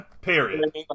period